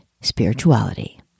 Spirituality